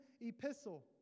epistle